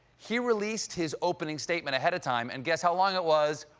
he released his opening statement ahead of time. and guess how long it was.